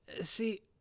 see